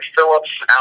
Phillips